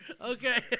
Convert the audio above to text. okay